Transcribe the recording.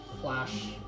flash